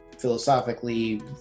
Philosophically